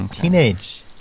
Teenage